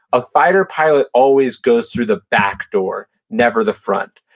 a fighter pilot always goes through the backdoor, never the front.